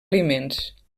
aliments